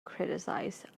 criticize